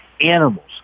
Animals